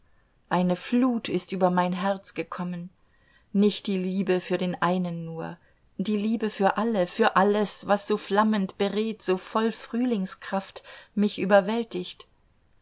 eine flut ist über mein herz gekommen nicht die liebe für den einen nur die liebe für alle für alles was so flammend beredt so voll frühlingskraft mich überwältigt